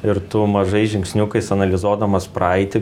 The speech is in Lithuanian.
ir tu mažais žingsniukais analizuodamas praeitį